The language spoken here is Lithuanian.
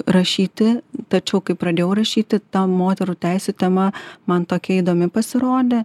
rašyti tačiau kai pradėjau rašyti ta moterų teisių tema man tokia įdomi pasirodė